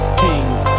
kings